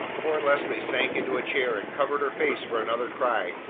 poor leslie sank into a chair, and covered her face for another cry,